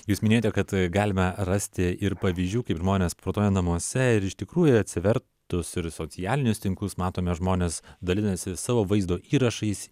jūs minėjote kad galime rasti ir pavyzdžių kaip žmonės sportuoja namuose ir iš tikrųjų atsivertus ir socialinius tinklus matome žmonės dalinasi savo vaizdo įrašais